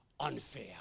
Unfair